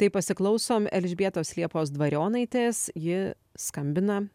tai pasiklausom elžbietos liepos dvarionaitės ji skambina